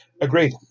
Agreed